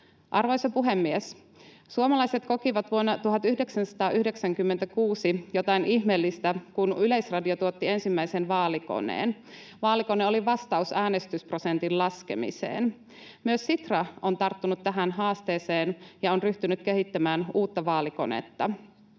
Arvoisa puhemies! Suomalaiset kokivat vuonna 1996 jotain ihmeellistä, kun Yleisradio tuotti ensimmäisen vaalikoneen. Vaalikone oli vastaus äänestysprosentin laskemiseen. Myös Sitra on tarttunut tähän haasteeseen ja on ryhtynyt kehittämään uutta vaalikonetta.